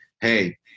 hey